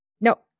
no